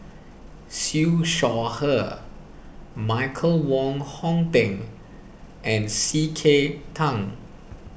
Siew Shaw Her Michael Wong Hong Teng and C K Tang